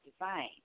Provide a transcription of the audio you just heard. design